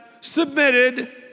submitted